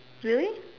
really